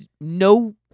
no